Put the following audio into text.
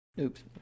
Oops